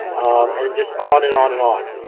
and and just on and on and on.